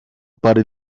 para